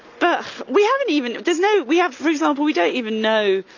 but we haven't, even if there's no, we have, for example, we don't even know,